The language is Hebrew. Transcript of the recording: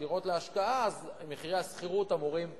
דירות להשקעה מחירי השכירות אמורים לרדת.